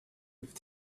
with